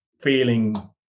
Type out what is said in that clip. feeling